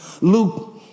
Luke